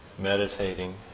meditating